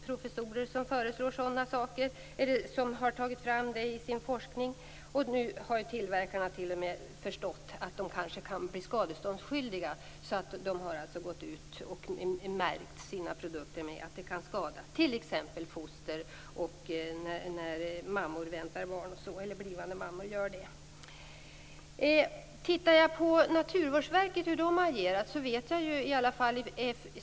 Professorer har fått fram det i forskningen. Nu har tillverkarna förstått att de kan bli skadeståndsskyldiga. De har gått ut och märkt sina produkter med att amalgam kan skada foster vid graviditet. Jag har sett på hur Naturvårdsverket har agerat.